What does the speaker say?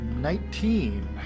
Nineteen